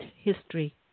history